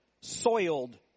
soiled